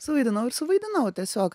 suvaidinau ir suvaidinau tiesiog